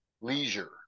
leisure